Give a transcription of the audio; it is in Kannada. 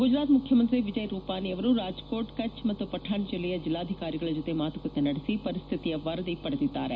ಗುಜರಾತ್ ಮುಖ್ಯಮಂತ್ರಿ ವಿಜಯ್ ರೂಪಾನಿ ಅವರು ರಾಜಕೋಟ್ ಕಛ್ ಹಾಗೂ ಪಠಾಣ್ ಜಿಲ್ಲೆಯ ಜಿಲ್ಲಾಧಿಕಾರಿಗಳ ಜೊತೆ ಮಾತುಕತೆ ನಡೆಸಿ ಪರಿಸ್ಥಿತಿಯ ವರದಿ ಪಡೆದಿದ್ದಾರೆ